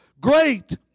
Great